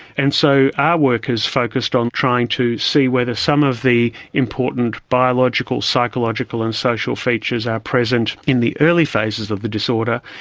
and so our work is focused on trying to see whether some of the important biological, psychological and social features are present in the early phases of the disorder.